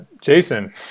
Jason